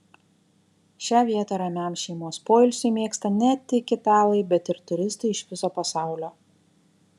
šią vietą ramiam šeimos poilsiui mėgsta ne tik italai bet ir turistai iš viso pasaulio